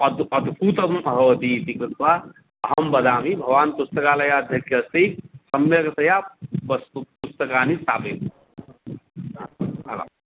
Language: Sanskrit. अद् अद्भुतं भवति इति कृत्वा अहं वदामि भवान् पुस्तकालयाध्यक्षः अस्ति सम्यक्तया वस्तु पुस्तकानि स्थापयतु हा अलं